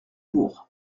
bourg